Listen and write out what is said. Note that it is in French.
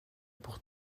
pour